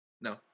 No